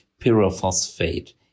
pyrophosphate